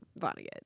Vonnegut